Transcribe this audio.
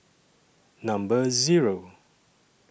Number Zero